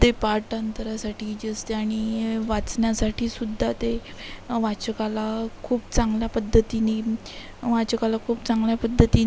ते पाठांतरासाठी जे असते आणि ए वाचण्यासाठीसुद्धा ते वाचकाला खूप चांगल्या पद्धतीने वाचकाला खूप चांगल्या पद्धतीने